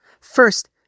First